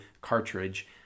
cartridge